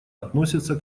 относятся